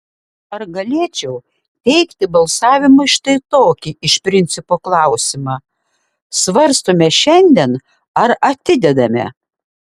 ar galėčiau teikti balsavimui štai tokį iš principo klausimą svarstome šiandien ar atidedame